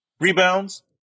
Rebounds